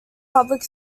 public